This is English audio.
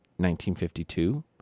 1952